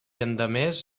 endemés